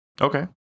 okay